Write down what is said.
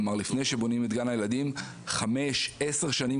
כלומר, לשתול את העצים חמש או עשר שנים